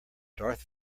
darth